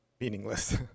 meaningless